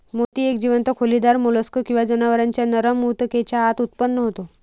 मोती एक जीवंत खोलीदार मोल्स्क किंवा जनावरांच्या नरम ऊतकेच्या आत उत्पन्न होतो